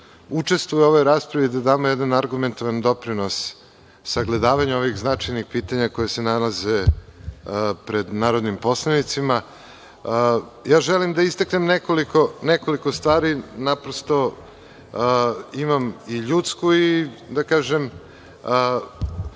učestvuju u ovoj raspravi, da damo jedan argumentovan doprinos sagledavanja ovih značajnih pitanja koje se nalaze pred narodnim poslanicima. Želim da istaknem nekoliko stvari. Naprosto, imam i ljudsku i, da kažem,